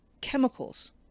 chemicals